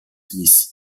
smith